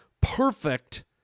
perfect